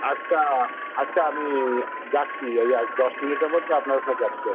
আচ্ছা আচ্ছা আমি যাচ্ছি এই এই দশ মিনিটের মধ্যে আপনার ওখানে যাচ্ছি আগে